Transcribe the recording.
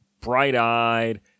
bright-eyed